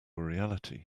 reality